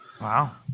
Wow